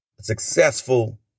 successful